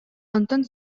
онтон